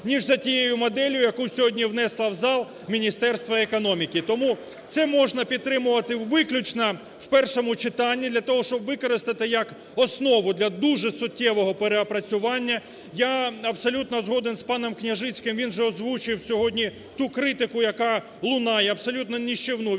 ніж за тією моделлю, яку сьогодні внесло в зал Міністерство економіки. Тому це можна підтримувати виключно в першому читанні для того, щоб використати, як основу для дуже суттєвого переопрацювання. Я абсолютно згоден з паном Княжицьким, він же озвучив сьогодні ту критику, яка лунає, абсолютно нищівну,